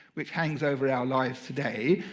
which hangs over our lives today,